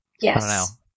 Yes